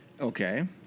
Okay